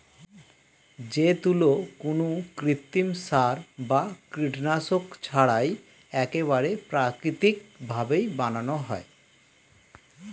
যে তুলো কোনো কৃত্রিম সার বা কীটনাশক ছাড়াই একেবারে প্রাকৃতিক ভাবে বানানো হয়